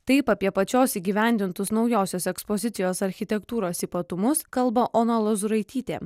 taip apie pačios įgyvendintus naujosios ekspozicijos architektūros ypatumus kalba ona lozuraitytė